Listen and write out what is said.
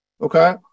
okay